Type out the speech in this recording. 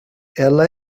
ela